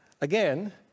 Again